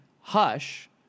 Hush